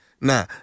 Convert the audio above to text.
Now